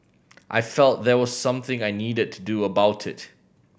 I felt there was something I needed to do about it